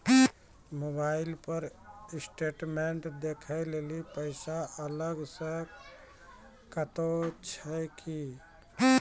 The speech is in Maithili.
मोबाइल पर स्टेटमेंट देखे लेली पैसा अलग से कतो छै की?